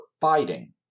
fighting